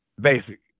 Basic